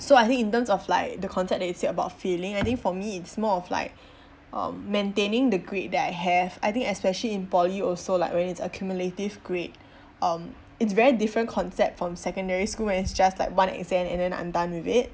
so I think in terms of like the concept that you said about feeling I think for me it's more of like um maintaining the grade that I have I think especially in poly also like right it's accumulative grade um it's very different concept from secondary school when it's just like one exam and then I'm done with it